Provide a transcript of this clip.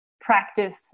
practice